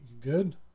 Good